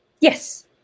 yes